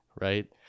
right